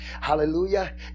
hallelujah